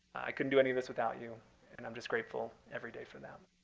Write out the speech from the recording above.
i couldn't do any of this without you and i'm just grateful every day for them.